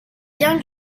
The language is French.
bien